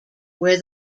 where